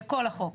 בכל החוק,